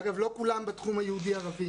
אגב לא כולם בתחום היהודי-ערבי.